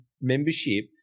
membership